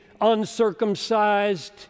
uncircumcised